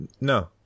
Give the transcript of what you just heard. No